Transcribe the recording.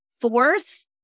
fourth